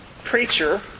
preacher